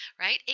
right